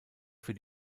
für